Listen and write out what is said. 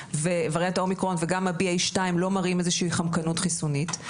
ווריאנט האומיקרון וגם ה- BA2 לא מראים איזה שהיא חמקנות חיסונית.